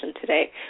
today